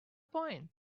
point